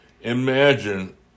imagine